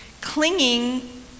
clinging